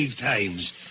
times